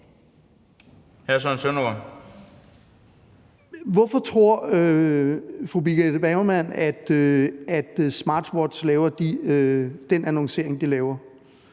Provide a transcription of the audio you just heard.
Bergman, at Smartwatch laver den annoncering, de laver?